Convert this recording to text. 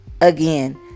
Again